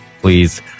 please